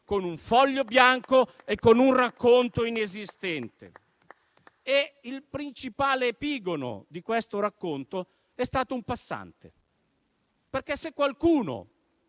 con un foglio bianco e con un racconto inesistente. Il principale epigono di questo racconto è stato un passante, perché se qualcuno,